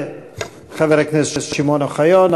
תודה לחבר הכנסת שמעון אוחיון.